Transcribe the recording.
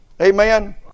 Amen